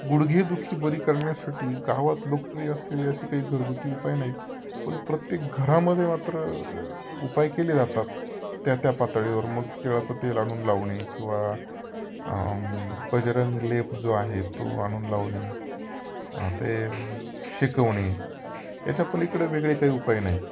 गुडघेदुखी बरी करण्यासाठी गावात लोकप्रिय असलेले असे काही घरगुती उपाय नाहीत पण प्रत्येक घरामध्ये मात्र उपाय केले जातात त्या त्या पातळीवर मग तिळाचं तेल आणून लावणे किंवा बजरंग लेप जो आहे तो आणून लावणे ते शेकवणे याच्यापलीकडे वेगळे काही उपाय नाहीत